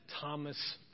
Thomas